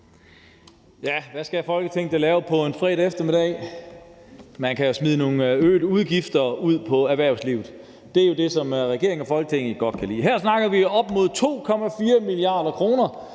Ja, hvad skal Folketinget da lave på en fredag eftermiddag? Man kan jo smide nogle øgede udgifter ud på erhvervslivet. Det er jo det, som regeringen og Folketinget godt kan lide. Her snakker vi op mod 2,4 mia. kr.,